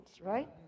right